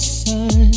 sun